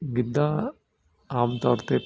ਗਿੱਧਾ ਆਮ ਤੌਰ 'ਤੇ